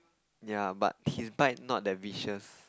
ya but his bite not that vicious